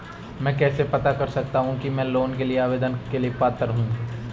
मैं कैसे पता कर सकता हूँ कि मैं लोन के लिए आवेदन करने का पात्र हूँ?